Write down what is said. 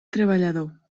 treballador